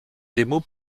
démos